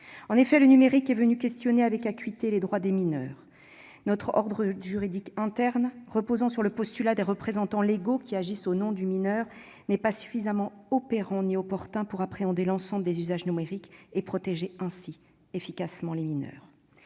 en effet des questions aiguës concernant les droits des mineurs. Notre ordre juridique interne, reposant sur le postulat selon lequel ses représentants légaux agissent au nom du mineur, n'est pas suffisamment opérant ni approprié pour appréhender l'ensemble des usages numériques et protéger ainsi efficacement les mineurs.